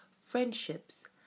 friendships